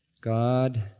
God